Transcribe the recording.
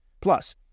Plus